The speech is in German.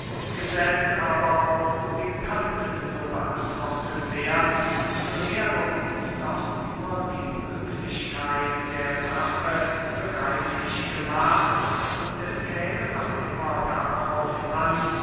gesetzt aber auch sie könnten so beantwortet werden so wäre uns doch nur die möglichkeit der sache begreiflich gemacht und es käme noch immer darauf an